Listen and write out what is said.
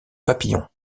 papillons